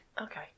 Okay